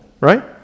right